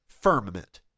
firmament